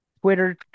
Twitter